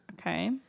Okay